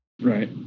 Right